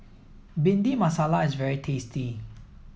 Bhindi Masala is very tasty